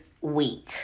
week